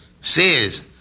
says